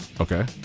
Okay